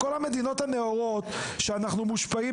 כל המדינות הנאורות שאנחנו מושפעים